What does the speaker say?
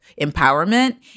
empowerment